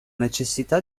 necessità